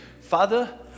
Father